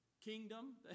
Kingdom